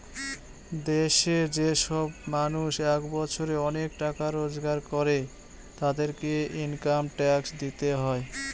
দেশে যে সব মানুষ এক বছরে অনেক টাকা রোজগার করে, তাদেরকে ইনকাম ট্যাক্স দিতে হয়